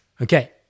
Okay